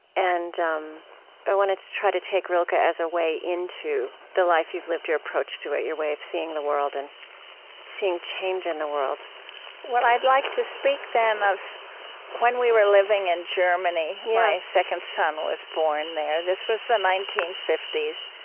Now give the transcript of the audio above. and um i wanted to try to take rilke ah as a way into the life you've lived, your approach to it, your way of seeing the world and seeing change in the world what i'd like to speak, then, of when we were living in and germany. my yeah second son was born there. this was the nineteen fifty s.